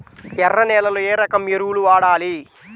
ఎర్ర నేలలో ఏ రకం ఎరువులు వాడాలి?